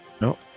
No